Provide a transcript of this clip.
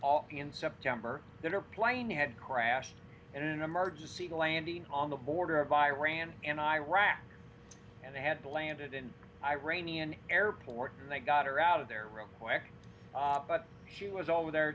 in all in september that her plane had crashed in an emergency landing on the border of iran and iraq and they had landed in iranian airport and they got her out of there real quick but she was always there